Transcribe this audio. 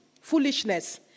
foolishness